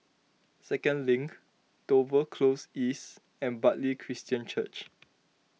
Second Link Dover Close East and Bartley Christian Church